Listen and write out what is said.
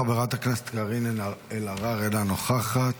חברת הכנסת קארין אלהרר, אינה נוכחת.